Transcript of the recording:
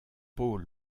paul